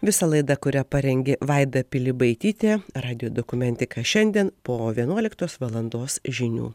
visą laidą kurią parengė vaida pilibaitytė radijo dokumentika šiandien po vienuoliktos valandos žinių